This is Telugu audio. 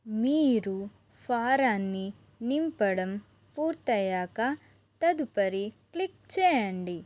మీరు ఫారాన్ని నింపడం పూర్తయ్యాక తదుపరి క్లిక్ చేయండి